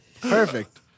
Perfect